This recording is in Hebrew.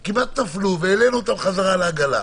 הם כמעט נפלו והעלו אותם חזרה לעגלה.